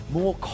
more